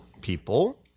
people